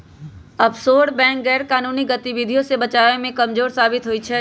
offshore bank अपनेके गैरकानूनी गतिविधियों से बचाबे में कमजोर साबित होइ छइ